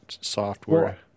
software